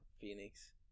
Phoenix